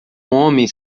homem